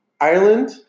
Ireland